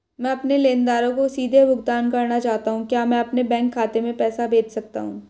मैं अपने लेनदारों को सीधे भुगतान करना चाहता हूँ क्या मैं अपने बैंक खाते में पैसा भेज सकता हूँ?